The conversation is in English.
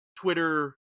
Twitter